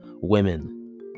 women